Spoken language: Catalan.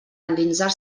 endinsar